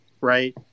right